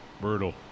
brutal